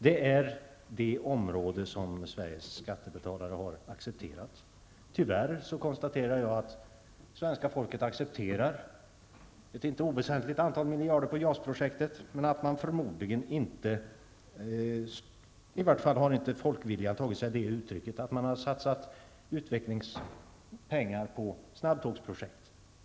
Det är ett område som Sveriges skattebetalare har accepterat. Tyvärr konstaterar jag att svenska folket accepterar att ett inte oväsentligt antal miljarder satsas på JAS projektet, men folkviljan har inte tagit sig uttrycket att man satsat utvecklingspengar på snabbtågsprojekt.